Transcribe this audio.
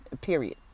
period